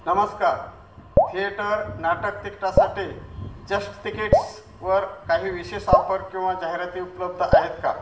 नमस्कार थिएटर नाटक तिकटासाटी जस्ट तिकिट्सवर काही विशेष ऑपर किंवा जाहिराती उपलब्ध आहेत का